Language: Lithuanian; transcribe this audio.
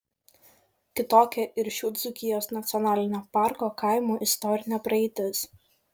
kitokia ir šių dzūkijos nacionalinio parko kaimų istorinė praeitis